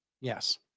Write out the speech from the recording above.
Yes